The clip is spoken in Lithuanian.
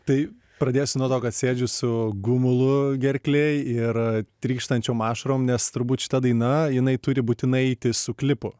tai pradėsiu nuo to kad sėdžiu su gumulu gerklėj ir trykštančiom ašarom nes turbūt šita daina jinai turi būtinai eiti su klipu